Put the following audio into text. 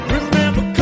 Remember